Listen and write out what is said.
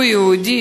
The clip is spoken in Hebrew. הוא יהודי,